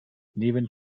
neben